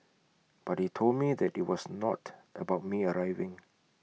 but he told me that IT was not about me arriving